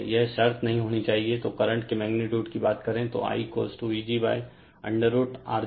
यह शर्त नहीं होनी चाहिए तो करंट के मैगनीटुड की बात करे तो I Vg√Rg2RL2xg XL2